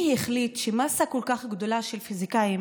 מי החליט שמסה כל כך גדולה של פיזיקאים